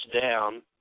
down